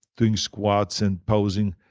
doing squats and posing.